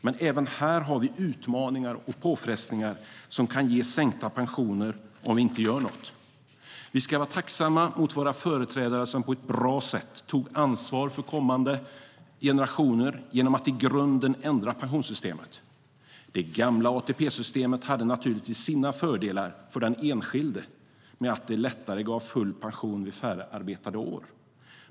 Men även här har vi utmaningar och påfrestningar som kan ge sänkta pensioner om vi inte gör något. Vi ska vara tacksamma mot våra företrädare som på ett bra sätt tog ansvar för kommande generationer genom att i grunden ändra pensionssystemet. Det gamla ATP-systemet hade naturligtvis sina fördelar för den enskilde genom att det lättare gav full pension vid färre arbetade år.